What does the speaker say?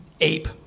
ape